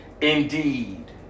indeed